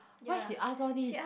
why she ask all this